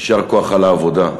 יישר כוח על העבודה,